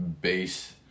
base